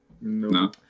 No